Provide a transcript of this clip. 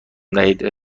دهید